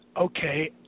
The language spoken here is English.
Okay